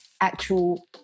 actual